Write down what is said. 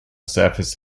surface